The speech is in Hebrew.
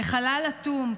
החלל אטום.